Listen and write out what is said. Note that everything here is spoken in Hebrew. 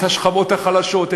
את השכבות החלשות,